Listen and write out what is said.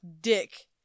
dick